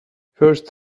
first